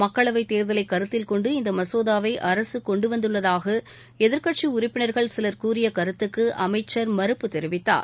மக்களவைத் தேர்தலைக் கருத்தில் கொண்டு இந்த மசோதாவை அரசு கொண்டு வந்துள்ளதாக எதிர்க்கட்சி உறுப்பினர்கள் சிலர் கூறிய கருத்துக்கு அமைச்சர் மறுப்பு தெரிவித்தார்